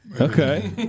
Okay